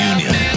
Union